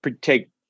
take